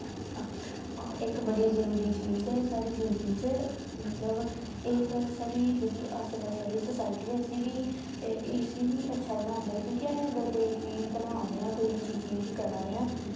art इक बड़ी जरूरी चीज़ ऐ साढ़ी जिन्दगी च मतलव एह् साड़ी जेह्ड़ी आस्से पास्से आह्ली सोसाईटी ऐ इसी बी इसी बी अच्छा बनांदा क्योंकि असैं अगर कोई चीज़ बना ने आं कोई अच्छी चीज़ करा दे आं